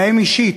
להם אישית.